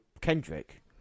Kendrick